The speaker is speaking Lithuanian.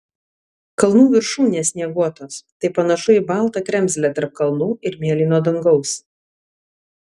kalnų viršūnės snieguotos tai panašu į baltą kremzlę tarp kalnų ir mėlyno dangaus